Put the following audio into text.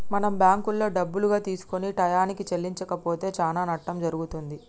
మనం బ్యాంకులో డబ్బులుగా తీసుకొని టయానికి చెల్లించకపోతే చానా నట్టం జరుగుతుంది